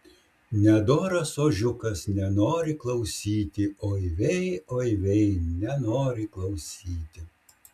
nedoras ožiukas nenori klausyti oi vei oi vei nenori klausyti